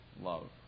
love